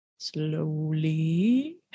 slowly